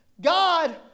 God